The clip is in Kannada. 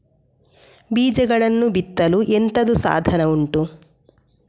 ಬೀಜಗಳನ್ನು ಬಿತ್ತಲು ಎಂತದು ಸಾಧನ ಉಂಟು?